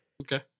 Okay